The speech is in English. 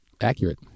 accurate